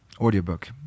audiobook